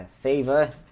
favor